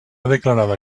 declarada